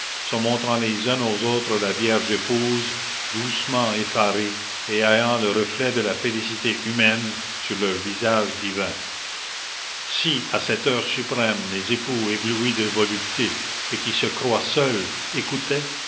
se montrant les uns aux autres la vierge épouse doucement effarés et ayant le reflet de la félicité humaine sur leurs visages divins si à cette heure suprême les époux éblouis de volupté et qui se croient seuls écoutaient